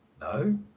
no